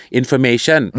information